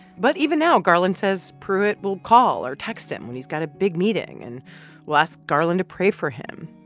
but even now, garland says pruitt will call or text him when he's got a big meeting and will ask garland to pray for him.